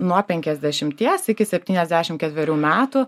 nuo penkiasdešimties iki septyniasdešim ketverių metų